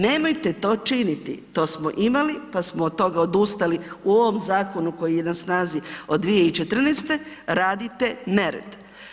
Nemojte to činiti, to smo imali pa smo od toga odustali u ovom zakonu koji je na snazi od 2014. radite nered.